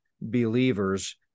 believers